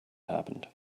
happened